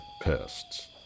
pests